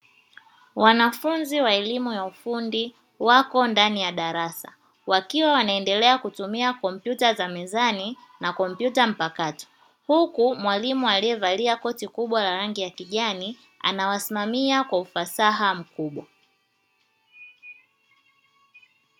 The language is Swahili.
Wanafunzi wa elimu ya ufundi wako ndani ya darasa wakiwa wanaendelea kutumia kompyuta za mezani na kompyuta mpakato huku mwalimu aliyevalia koti kubwa la rangi ya kijani anawasimamia kwa ufasaha mkubwa.